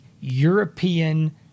European